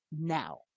now